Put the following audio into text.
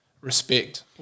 respect